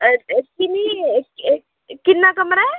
क किन्नी किन्ना कमरा ऐ